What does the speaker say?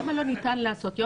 למה לא ניתן לעשות נניח,